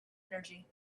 energy